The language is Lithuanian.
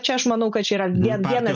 čia aš manau kad čia yra viena diena